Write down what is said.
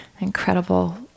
incredible